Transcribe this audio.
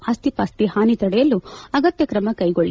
ಆಸ್ತಿಪಾಸ್ತಿ ಹಾನಿ ತಡೆಯಲು ಅಗತ್ಯ ತ್ರಮ ಕೈಗೊಳ್ಳ